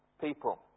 people